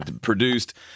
produced